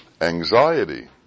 Anxiety